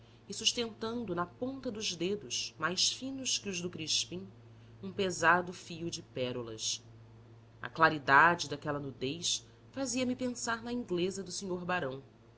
e sustentando na ponta dos dedos mais finos que os do crispim um pesado fio de pérolas a claridade daquela nudez fazia-me pensar na inglesa do senhor barão